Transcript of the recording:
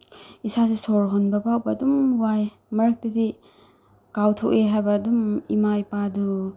ꯏꯁꯥꯁꯦ ꯁꯣꯔ ꯍꯣꯟꯕ ꯐꯥꯎꯕ ꯑꯗꯨꯝ ꯋꯥꯏꯑꯦ ꯃꯔꯛꯇꯗꯤ ꯀꯥꯎꯊꯣꯛꯏ ꯍꯥꯏꯕ ꯑꯗꯨꯝ ꯏꯃꯥ ꯏꯄꯥꯗꯨ